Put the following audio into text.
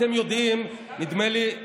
אתם יודעים, נדמה לי,